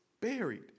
buried